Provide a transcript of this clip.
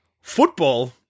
Football